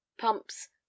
pumps